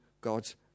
God's